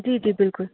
जी जी बिल्कुल